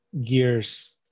gears